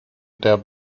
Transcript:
der